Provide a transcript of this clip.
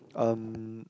um